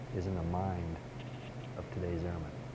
is in the mind of todays airman.